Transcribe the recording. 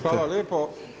Hvala lijepo.